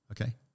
Okay